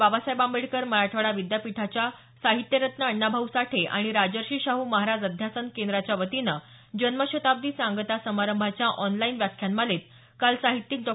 बाबासाहेब आंबेडकर मराठवाडा विद्यापीठाच्या साहित्यरत्न अण्णाभाऊ साठे आणि राजर्षी शाहू महाराज अध्यासन केंद्राच्या वतीनं जन्मशताब्दी सांगता समारंभाच्या ऑनलाईन व्याख्यानमालेत काल साहित्यिक डॉ